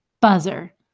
buzzer